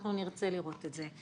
אנחנו נרצה לראות את זה.